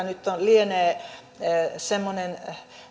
nyt lienee semmoinen